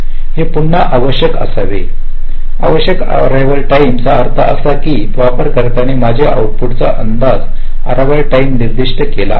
हे पुन्हा आवश्यक असावे आवश्यक अररिवाल टाईमचा अर्थ असा की वापरकर्त्याने माझ्या आउटपुट चा आवश्यक अररिवाल टाईम निर्दिष्ट केली आहे